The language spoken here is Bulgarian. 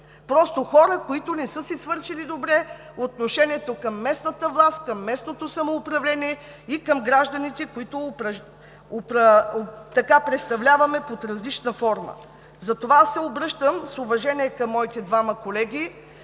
просто хора, които не са си свършили добре отношението към местната власт, към местното самоуправление и към гражданите, които представляваме под различна форма. Обръщам се с уважение към моите двама колеги